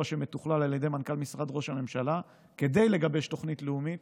שמתוכלל על ידי מנכ"ל משרד ראש הממשלה כדי לגבש תוכנית לאומית